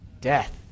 death